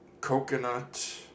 coconut